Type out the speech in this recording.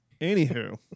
Anywho